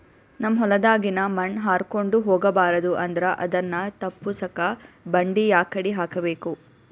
ನಮ್ ಹೊಲದಾಗಿನ ಮಣ್ ಹಾರ್ಕೊಂಡು ಹೋಗಬಾರದು ಅಂದ್ರ ಅದನ್ನ ತಪ್ಪುಸಕ್ಕ ಬಂಡಿ ಯಾಕಡಿ ಹಾಕಬೇಕು?